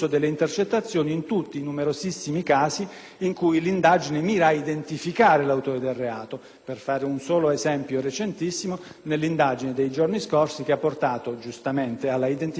in cui l'indagine mira ad identificare l'autore del reato. Per fare un solo esempio recentissimo, cito l'indagine dei giorni scorsi che ha portato alla identificazione e all'arresto dei cittadini rumeni,